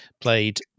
played